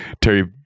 Terry